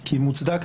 כי מוצדק,